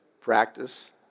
Practice